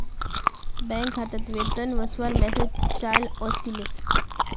bank खातात वेतन वस्वार मैसेज चाइल ओसीले